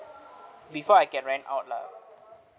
before I can rent out lah